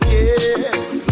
yes